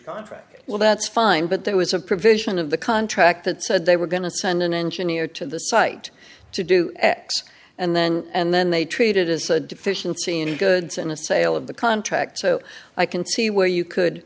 process well that's fine but there was a provision of the contract that said they were going to send an engineer to the site to do x and then and then they treated as a deficiency in goods and the sale of the contract so i can see where you could